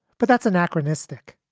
but that's anachronistic.